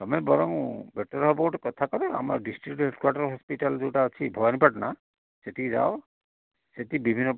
ତୁମେ ବରଂ ବେଟର୍ ହବ ଗୋଟେ କଥା କର ଆମ ଡିଷ୍ଟ୍ରିଟ୍ ହେଡ଼୍କ୍ୱାର୍ଟର୍ ହସ୍ପିଟାଲ୍ ଯେଉଁଟା ଅଛି ଭବାନୀପାଟଣା ସେଠିକି ଯାଅ ସେଠି ବିଭିନ୍ନ